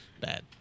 bad